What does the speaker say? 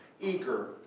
eager